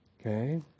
Okay